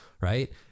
right